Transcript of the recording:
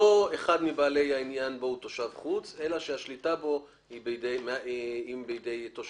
לא אחד מבעלי העניין בו הוא תושב חוץ אלא השליטה בו היא בידי תושב זר.